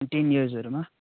ten इयर्सहरूमा